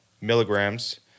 milligrams